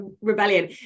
rebellion